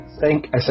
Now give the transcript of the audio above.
thank